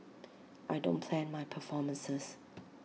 I don't plan my performances